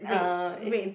uh it's